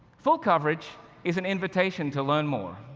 full coverage is an invitation to learn more.